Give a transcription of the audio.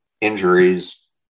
injuries